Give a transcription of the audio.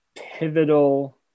pivotal